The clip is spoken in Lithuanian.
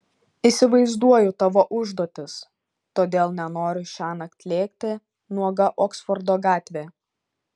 įsivaizduoju tavo užduotis todėl nenoriu šiąnakt lėkti nuoga oksfordo gatve